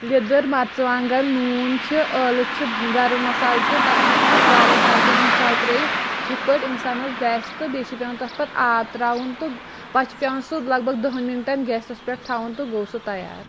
لیٚدٕر مرژٕوانٛگَن نوٗن چھِ ٲلہٕ چھِ گَرٕم مَسالہٕ چھِ تَتھ چھِ ہٮ۪کَان أسۍ واریاہ ٹایپٕکۍ مَسالہٕ ترٛٲیِتھ یِتھ پٲٹھۍ اِنسانَس بٮ۪سہِ تہٕ بیٚیہِ چھِ پٮ۪وَان تَتھ پَتہٕ آب ترٛاوُن تہٕ پَتہٕ چھُ پٮ۪وَان سُہ لگ بگ دہَن مِنٹَن گیسَس پٮ۪ٹھ تھاوُن تہٕ گوٚو سُہ تَیار